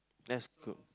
that's good